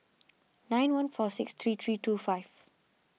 nine one four six three three two five